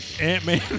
ant-man